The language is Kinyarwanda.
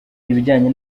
ibijyanye